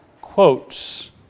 quotes